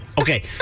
Okay